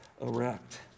erect